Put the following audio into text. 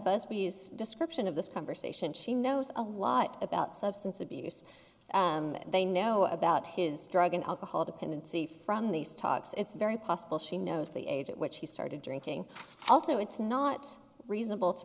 description of this conversation she knows a lot about substance abuse they know about his drug and alcohol dependency from these talks it's very possible she knows the age at which he started drinking also it's not reasonable to